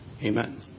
Amen